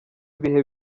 ibihe